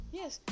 Yes